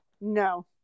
No